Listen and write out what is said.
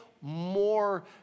more